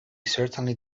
certainly